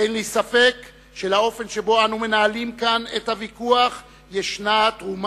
אין לי ספק שלאופן שבו אנו מנהלים כאן את הוויכוח יש תרומה